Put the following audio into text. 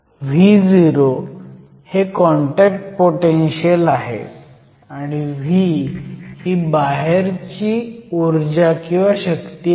Vo हे contact potential आहे आणि V ही बाहेरची शक्तीऊर्जा आहे